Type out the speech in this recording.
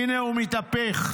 הינה, הוא מתהפך.